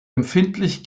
empfindlich